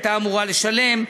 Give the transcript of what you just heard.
הייתה אמורה לשלם,